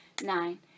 nine